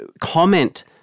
comment